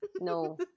No